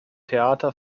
theater